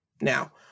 Now